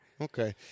Okay